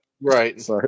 Right